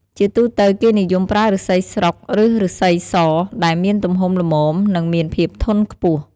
ជាទូទៅ គេនិយមប្រើឬស្សីស្រុក ឬឬស្សីស ដែលមានទំហំល្មម និងមានភាពធន់ខ្ពស់។